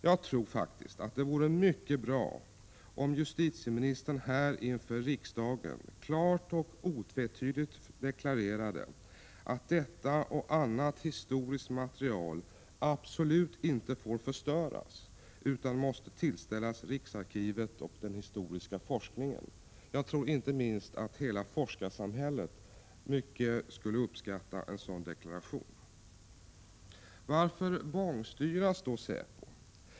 Jag tror att det vore mycket bra om justitieministern här inför riksdagen klart och otvetydigt deklarerade att detta och annat historiskt material absolut inte får förstöras utan måste tillställas riksarkivet och den historiska forskningen. Inte minst hela forskarsamhället skulle mycket uppskatta en sådan deklaration. Varför bångstyras då säpo?